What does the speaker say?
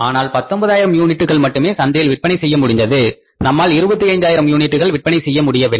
ஆனால் 19000 யூனிட்டுகள் மட்டுமே சந்தையில் விற்பனை செய்ய முடிந்தது நம்மால் 25000 யூனிட்டுகள் விற்பனை செய்ய முடியவில்லை